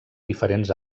diferents